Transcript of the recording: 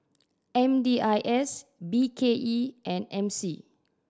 M D I S B K E and M C